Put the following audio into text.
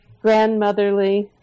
grandmotherly